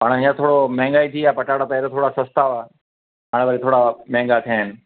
पाण हीअंर थोरो महंगाई थी आहे पटाटा पहिरीं थोरा सस्ता हुआ हाणे वरी थोरा महांगा थिया आहिनि